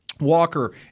walker